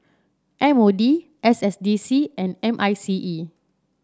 M O D S S D C and M I C E